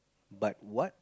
but what